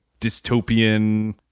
dystopian